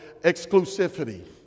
exclusivity